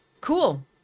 cool